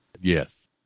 Yes